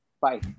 Bye